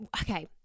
okay